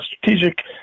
Strategic